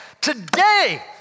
today